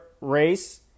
race